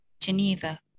Geneva